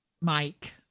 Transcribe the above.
Mike